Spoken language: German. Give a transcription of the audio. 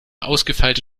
ausgefeilte